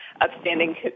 upstanding